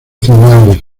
cereales